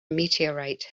meteorite